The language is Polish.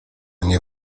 nie